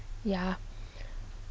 ya